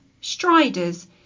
Strider's